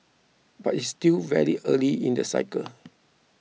but it's still very early in the cycle